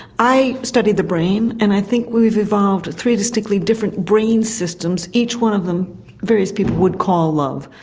i study the brain and i think we've evolved three distinctly different brain systems, each one of them various people would call love.